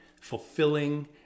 fulfilling